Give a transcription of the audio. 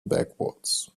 backwards